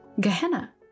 Gehenna